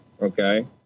Okay